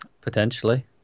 Potentially